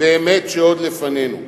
באמת שעוד לפנינו,